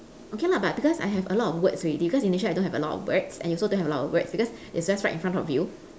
okay lah but because I have a lot of words already because initially I don't have a lot of words and you also don't have a lot of words because it's just right in front of you